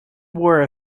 wore